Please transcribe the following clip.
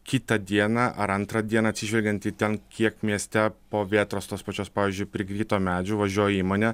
kitą dieną ar antrą dieną atsižvelgiant į ten kiek mieste po vėtros tos pačios pavyzdžiui prikrito medžių važiuoja įmonė